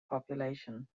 population